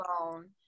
alone